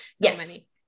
Yes